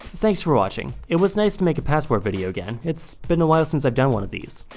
thanks for watching, it was nice to make a passport video again, it's been a while since i've done one of these.